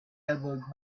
elbowed